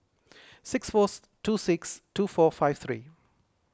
six four two six two four five three